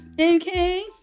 okay